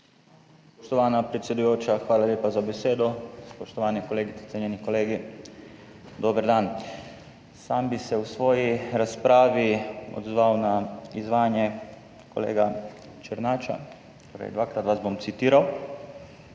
Spoštovana predsedujoča, hvala lepa za besedo. Spoštovane kolegice, cenjeni kolegi, dober dan! Sam bi se v svoji razpravi odzval na izvajanje kolega Černača. Dvakrat vas bom citiral.